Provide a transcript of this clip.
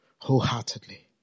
wholeheartedly